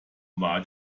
war